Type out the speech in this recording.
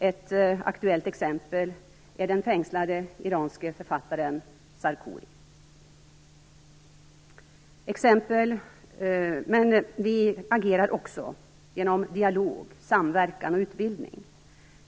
Ett aktuellt exempel är den fängslade iranske författaren Sarkoohi. Men vi agerar också genom dialog, samverkan och utbildning.